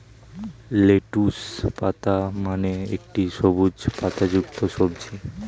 lettuce পাতা মানে একটি সবুজ পাতাযুক্ত সবজি